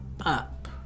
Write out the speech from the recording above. up